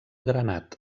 granat